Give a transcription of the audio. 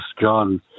John